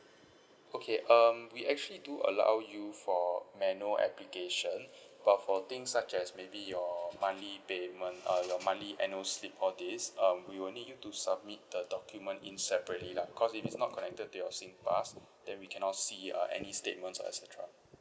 okay um we actually do allow you for manual application but for things such as maybe your monthly payment uh your monthly annual slip all these um we will need you to submit the document in separately lah because it is not connected to your singpass then we cannot see uh any statements or et cetera